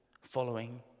following